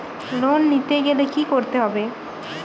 Loan নিতে গেলে কি করতে হবে?